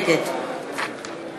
נגד